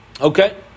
Okay